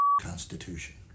constitution